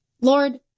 Lord